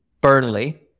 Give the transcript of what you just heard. Burnley